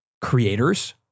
creators